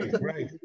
Right